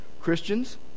Christians